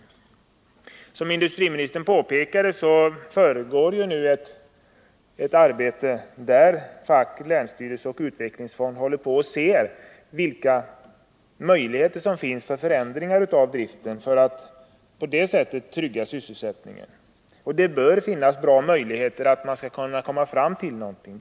Såsom industriministern påpekade pågår ett arbete, där facket, länsstyrelsen och utvecklingsfonden undersöker vilka möjligheter som finns till förändringar av driften för att på det sättet trygga sysselsättningen. Det bör finnas bra förutsättningar att kunna komma fram till någonting.